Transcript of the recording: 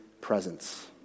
presence